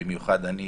במיוחד אני,